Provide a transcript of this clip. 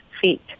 feet